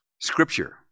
Scripture